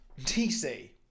DC